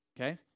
Okay